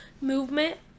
movement